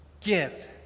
give